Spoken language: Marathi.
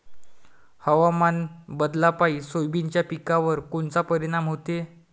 हवामान बदलापायी सोयाबीनच्या पिकावर कोनचा परिणाम होते?